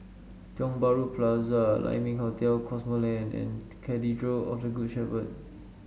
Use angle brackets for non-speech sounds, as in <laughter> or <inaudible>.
Tiong Bahru Plaza Lai Ming Hotel Cosmoland and <unintelligible> Cathedral of the Good Shepherd